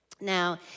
Now